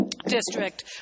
District